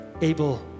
Abel